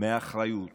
מאחריות